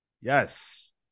yes